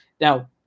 Now